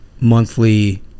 monthly